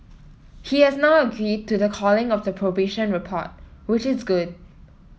he has now agreed to the calling of the probation report which is good